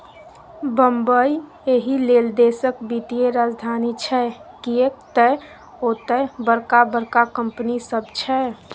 बंबई एहिलेल देशक वित्तीय राजधानी छै किएक तए ओतय बड़का बड़का कंपनी सब छै